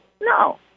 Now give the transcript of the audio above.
No